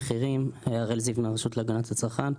הראל זיו מהרשות להגנת הצרכן.